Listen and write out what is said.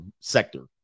sector